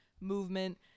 movement